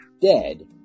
dead